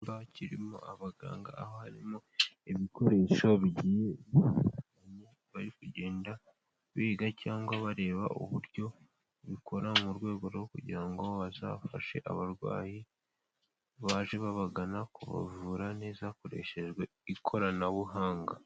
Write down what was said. Kirimo abaganga aho harimo ibikoresho bigiye bitandukanye, bari kugenda biga cyangwa bareba uburyo ubikora mu rwego rwo kugira ngo bazafashe abarwayi baje babagana kubavura neza, hakoreshejwe ikoranabuhanga.